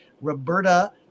Roberta